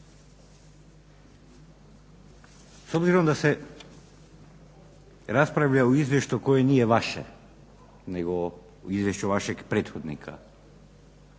S obzirom da se raspravljao o izvješću koje nije vaše nego o izvješću vašeg prethodnika